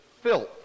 filth